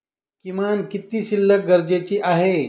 किमान किती शिल्लक गरजेची आहे?